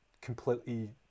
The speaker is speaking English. completely